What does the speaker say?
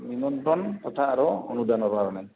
নিমন্ত্ৰন কথা আৰু অনুদানৰ কাৰণে